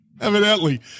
Evidently